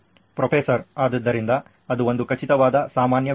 professor ಆದ್ದರಿಂದ ಅದು ಒಂದು ಖಚಿತವಾದ ಸಾಮಾನ್ಯ ವಿಷಯ